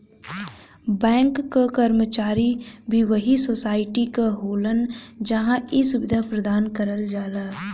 bank क कर्मचारी भी वही सोसाइटी क होलन जहां इ सुविधा प्रदान करल जाला